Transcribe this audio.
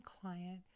client